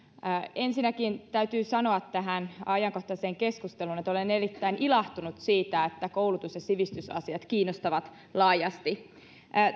ensinnäkin täytyy sanoa tähän ajankohtaiseen keskusteluun että olen erittäin ilahtunut siitä että koulutus ja sivistysasiat kiinnostavat laajasti